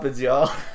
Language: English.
y'all